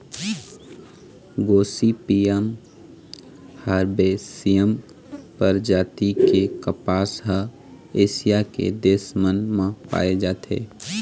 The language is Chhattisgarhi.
गोसिपीयम हरबैसियम परजाति के कपसा ह एशिया के देश मन म पाए जाथे